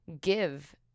give